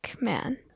man